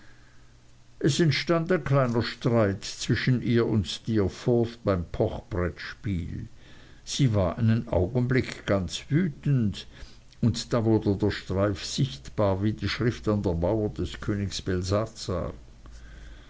es entstand ein kleiner streit zwischen ihr und steerforth beim pochbrettspiel sie war einen augenblick ganz wütend und da wurde der streif sichtbar wie die schrift an der mauer des